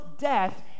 death